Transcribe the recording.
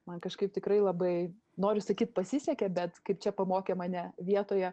man kažkaip tikrai labai noriu sakyt pasisekė bet kaip čia pamokė mane vietoje